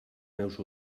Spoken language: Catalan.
meus